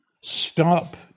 stop